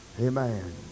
amen